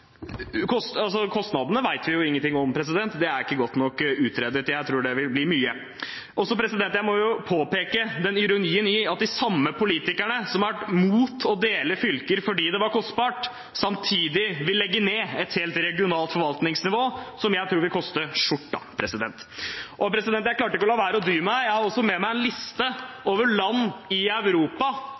Kostnadene vet vi ingenting om, det er ikke godt nok utredet, men jeg tror det vil bli mye. Jeg må påpeke ironien i at de samme politikerne som har vært imot å dele fylker fordi det er kostbart, samtidig vil legge ned et helt regionalt forvaltningsnivå, som jeg tror vil koste skjorta. Jeg klarte ikke å dy meg, jeg har også med meg en liste over land i Europa